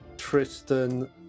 Tristan